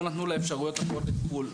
לא נתנו לה אפשרויות אחרות לטיפול,